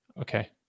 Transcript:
Okay